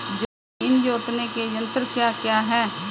जमीन जोतने के यंत्र क्या क्या हैं?